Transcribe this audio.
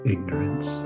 Ignorance